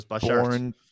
born